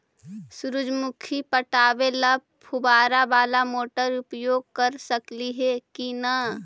सुरजमुखी पटावे ल फुबारा बाला मोटर उपयोग कर सकली हे की न?